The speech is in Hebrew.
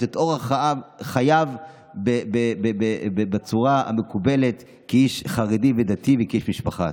את אורח חייו בצורה המקובלת כאיש חרדי ודתי וכאיש משפחה.